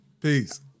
Peace